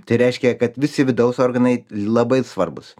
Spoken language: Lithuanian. tai reiškia kad visi vidaus organai labai svarbūs